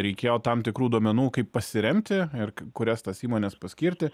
reikėjo tam tikrų duomenų kaip pasiremti ir kurias tas įmones paskirti